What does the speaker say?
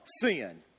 sin